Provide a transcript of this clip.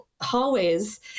hallways